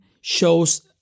shows